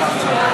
ההצעה